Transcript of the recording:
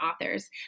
authors